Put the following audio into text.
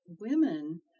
women